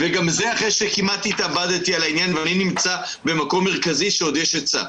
אחרי שכמעט התאבדתי על זה ואני נמצא במקום מרכזי שעוד יש בו היצע.